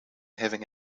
having